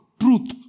truth